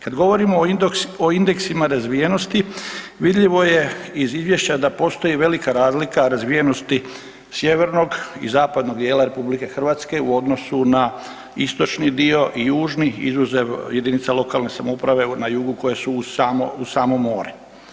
Kad govorimo o indeksima razvijenosti, vidljivo je iz izvješća da postoji velika razlika razvijenosti sjevernog i zapadnog djela RH u odnosu na istočni dio i južni izuzev jedinica lokalne samouprave ja jugu koje su uz samo more.